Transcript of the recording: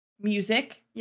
music